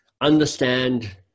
understand